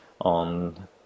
on